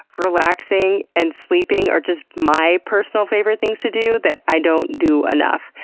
relaxing, and sleeping, are just my personal favorite things to do, that i don't do enough